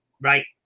Right